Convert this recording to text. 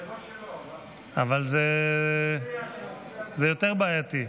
זה יותר בעייתי.